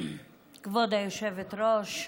כבוד היושבת-ראש,